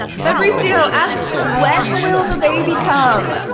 fabricio asks, when will the baby come?